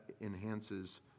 enhances